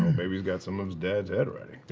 maybe he's got some of his dad's handwriting.